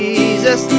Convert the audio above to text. Jesus